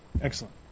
Excellent